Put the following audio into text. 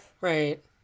Right